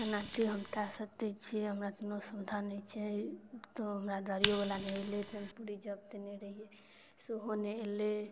कोना कि हम कहि सकै छी हमरा कोनो सुविधा नहि छै ओ हमरा गाड़िओवला नहि अएलै टेम्पो रिजर्व केलिए टेम्पो सेहो नहि अएलै